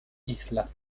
islas